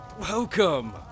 Welcome